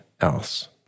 else